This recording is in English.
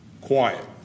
Quiet